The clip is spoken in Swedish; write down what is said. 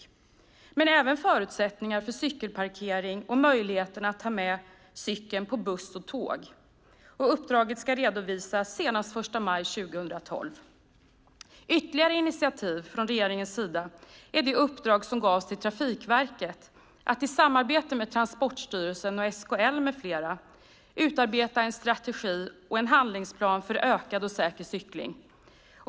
Men det gäller även förutsättningar för cykelparkering och möjligheterna att ta med cykeln på buss och tåg. Uppdraget ska redovisas senast 1 maj 2012. Ytterligare initiativ från regeringens sida är det uppdrag som gavs till Trafikverket att i samarbete med Transportstyrelsen och SKL med flera utarbeta en strategi och en handlingsplan för ökad och säker cykling.